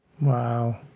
Wow